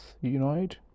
United